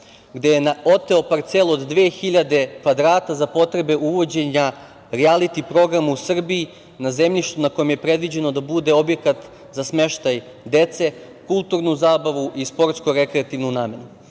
gde je oteo parcelu od 2.000 kvadrata za potrebe uvođenja rijaliti programa u Srbiji na zemljištu koje je predviđeno da bude objekat za smeštaj dece, kulturnu zabavu i sportsko-rekreativnu namenu. Takođe,